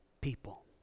people